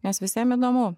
nes visiem įdomu